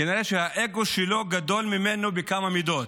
שכנראה שהאגו של השר גדול ממנו בכמה מידות.